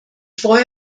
freue